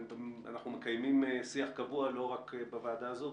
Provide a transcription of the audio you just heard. אנחנו מקיימים שיח קבוע לא רק בוועדה הזאת,